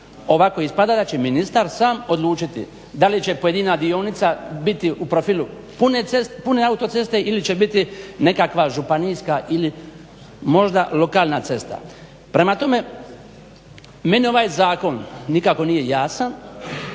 Ovako ispada da će ministar sam odlučiti da li će pojedina dionica biti u profilu pune autoceste ili će biti nekakva županijska ili možda lokalna cesta. Prema tome, meni ovaj zakon nikako nije jasan.